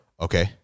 Okay